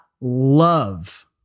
love